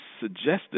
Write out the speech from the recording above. suggested